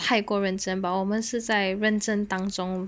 太过认真 but 我们是在认真当中